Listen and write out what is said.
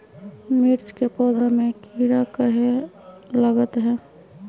मिर्च के पौधा में किरा कहे लगतहै?